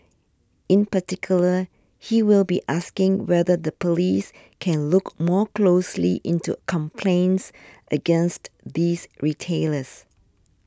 in particular he will be asking whether the police can look more closely into complaints against these retailers